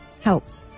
helped